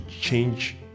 change